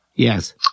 Yes